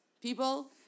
people